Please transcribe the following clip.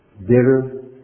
bitter